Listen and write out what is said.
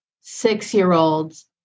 six-year-olds